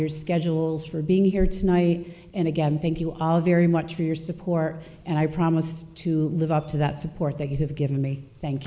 your schedules for being here tonight and again thank you all very much for your support and i promise to live up to that support that you have given me thank